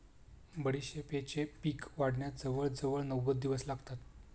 बडीशेपेचे पीक वाढण्यास जवळजवळ नव्वद दिवस लागतात